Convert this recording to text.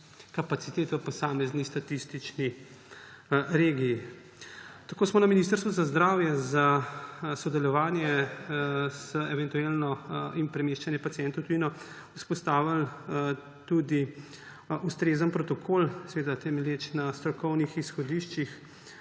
kapacitet v posamezni statistični regiji. Tako smo na Ministrstvu za zdravje za eventualno sodelovanje in premeščanje pacientov v tujino vzpostavili tudi ustrezen protokol, temelječ na strokovnih izhodiščih